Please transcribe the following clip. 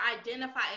identify